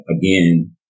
again